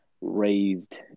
raised